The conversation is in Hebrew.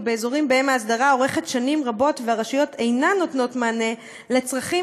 באזורים שבהם ההסדרה אורכת שנים רבות והרשויות אינן נותנות מענה לצרכים